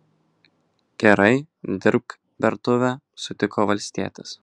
gerai dirbk bertuvę sutiko valstietis